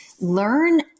learn